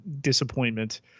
disappointment